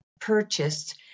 purchased